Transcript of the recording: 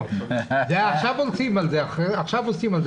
עכשיו עושים על זה מכרז.